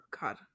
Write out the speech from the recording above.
god